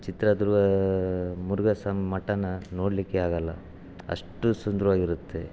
ಚಿತ್ರದುರ್ಗ ಮುರುಗಾಸಾಮಿ ಮಠನಾ ನೋಡಲಿಕ್ಕೇ ಆಗೋಲ್ಲ ಅಷ್ಟು ಸುಂದರವಾಗಿರುತ್ತೆ